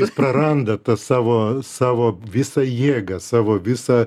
jis praranda tą savo savo visą jėgą savo visą